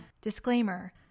Disclaimer